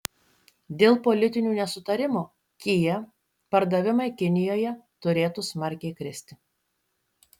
dėl politinių nesutarimų kia pardavimai kinijoje turėtų smarkiai kristi